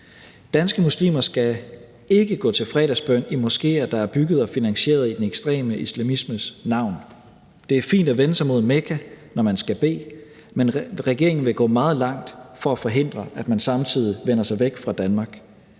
Danske muslimer skal ikke gå til fredagsbøn i moskéer, der er bygget og finansieret i den ekstreme islamismes navn. Det er fint at vende sig mod Mekka, når man skal bede, men regeringen vil gå meget langt for at forhindre, at man samtidig vender sig væk fra Danmark.